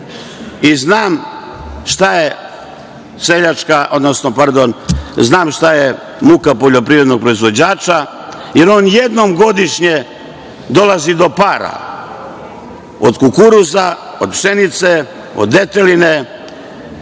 i znam šta je muka poljoprivrednog proizvođača, jer on jednom godišnje dolazi do para, od kukuruza, od pšenice, od deteline.